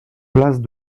place